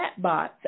chatbots